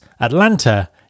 Atlanta